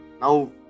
Now